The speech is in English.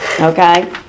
Okay